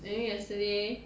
then you yesterday